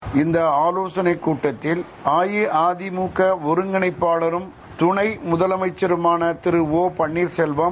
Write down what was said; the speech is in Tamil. செகண்ட்ஸ் இந்த ஆவோசனை கூட்டத்தில் அஇஅதிமுக ஒருங்கிணைப்பாளரும் துணை முதலமைச்சருமான திரு ஒ பன்னீர்செல்வம்